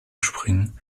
springen